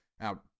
now